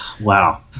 Wow